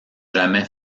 jamais